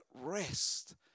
rest